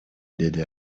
деди